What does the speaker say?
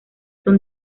son